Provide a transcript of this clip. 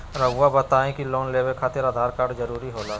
रौआ बताई की लोन लेवे खातिर आधार कार्ड जरूरी होला?